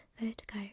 vertigo